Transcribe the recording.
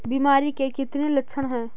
बीमारी के कितने लक्षण हैं?